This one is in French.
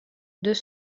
deux